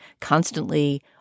constantly